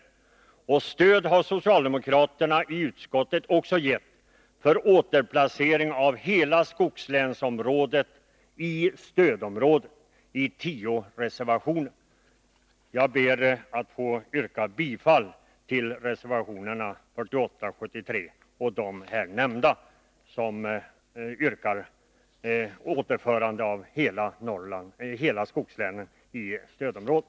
Stöd, i tio reservationer, har också socialdemokraterna i utskottet gett för återplacering av hela skogslänsområdet i stödområdet. Herr talman! Jag ber att få yrka bifall till reservationerna 48 och 73 samt till de här nämnda reservationerna, där det föreslås återplacering av hela skogslänsområdet i stödområdet.